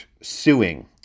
suing